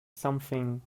something